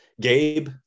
Gabe